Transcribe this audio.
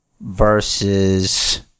versus